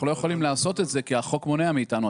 אנחנו לא יכולים לעשות את זה כי החוק מונע מאיתנו,